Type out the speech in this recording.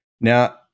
Now